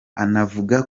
anavuga